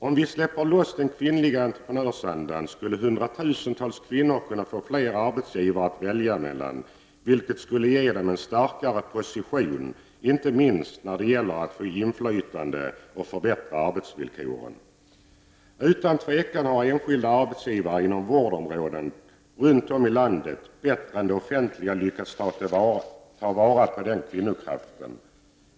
Om vi släpper loss den kvinnliga entreprenörsandan skulle hundratusentals kvinnor kunna få fler arbetsgivare att välja mellan, vilket skulle ge dem en starkare position, inte minst när det gäller att få inflytande och förbättra arbetsvillkoren. Utan tvivel har enskilda arbetsgivare inom vårdområden runt om i landet bättre än de offentliga lyckats ta vara på kvinnokraften.